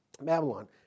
Babylon